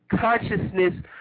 consciousness